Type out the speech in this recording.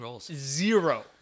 zero